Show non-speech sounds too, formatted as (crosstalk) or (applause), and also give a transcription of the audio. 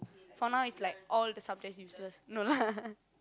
for now is like all the subjects useless no lah (laughs)